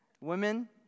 Women